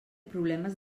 problemes